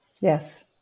Yes